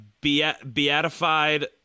beatified